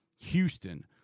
Houston